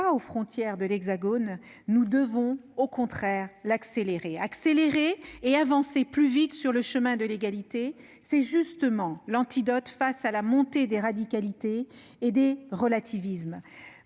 aux frontières de l'Hexagone -, nous devons au contraire accélérer. Avancer plus vite sur le chemin de l'égalité constitue justement l'antidote face à la montée des radicalités et des relativismes,